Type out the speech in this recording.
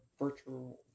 virtual